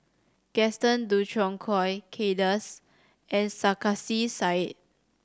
Gaston Dutronquoy Kay Das and Sarkasi Said